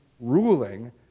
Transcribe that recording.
ruling